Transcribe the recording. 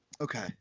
Okay